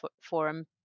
forum